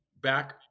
back